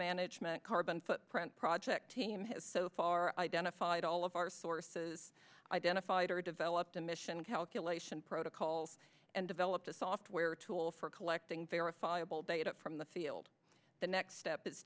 management carbon footprint project team has so far identified all of our sources identified or developed a mission calculation protocols and developed a software tool for collecting verifiable data from the field the next step i